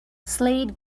slade